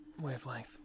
Wavelength